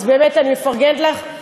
אז באמת אני מפרגנת לך.